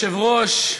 היושב-ראש,